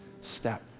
step